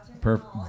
perfect